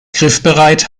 griffbereit